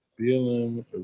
BLM